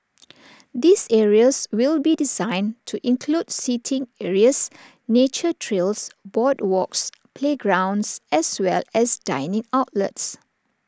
these areas will be designed to include seating areas nature trails boardwalks playgrounds as well as dining outlets